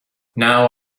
now